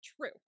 True